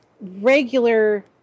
regular